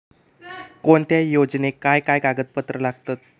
कोणत्याही योजनेक काय काय कागदपत्र लागतत?